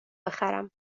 بخرم